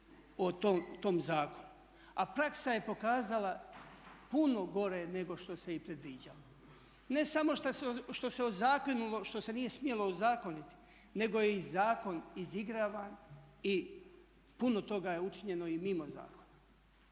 o tom zakonu. A praksa je pokazala puno gore nego što se i predviđalo. Ne samo što se ozakonilo što se nije smjelo ozakoniti nego je i zakon izigravan i puno toga je učinjeno i mimo zakona.